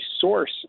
source